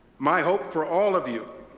my hope for all of you,